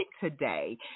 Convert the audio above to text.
today